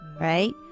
Right